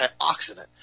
antioxidant